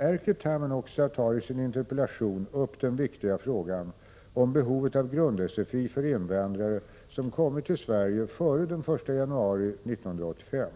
Erkki Tammenoksa tar i sin interpellation upp den viktiga frågan om behovet av grund-SFI för invandrare som kommit till Sverige före den 1 januari 1985,